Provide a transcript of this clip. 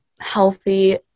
healthy